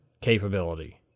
capability